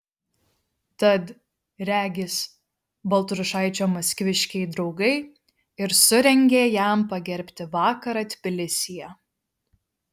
tad regis baltrušaičio maskviškiai draugai ir surengė jam pagerbti vakarą tbilisyje